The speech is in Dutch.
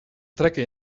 trekken